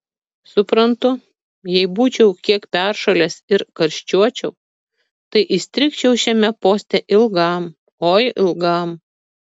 suprantu jei būčiau kiek peršalęs ir karščiuočiau tai įstrigčiau šiame poste ilgam oi ilgam